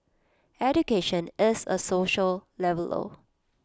education is A social leveller